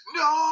no